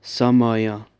समय